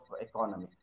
economy